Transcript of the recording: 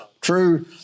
true